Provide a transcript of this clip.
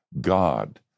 God